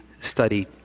study